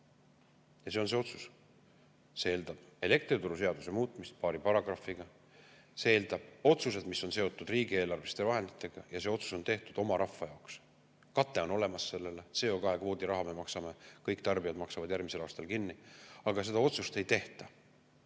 See on see otsus. See eeldab elektrituruseaduse muutmist paari paragrahviga. See eeldab otsuseid, mis on seotud riigieelarveliste vahenditega. Ja see otsus [oleks] tehtud oma rahva jaoks. Kate on olemas sellele: CO2kvoodi raha me maksame, kõik tarbijad maksavad selle järgmisel aastal kinni. Aga seda otsust ei tehta.